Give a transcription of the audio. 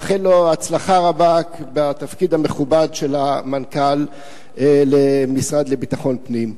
לאחל לו הצלחה רבה בתפקיד המכובד של המנכ"ל במשרד לביטחון פנים.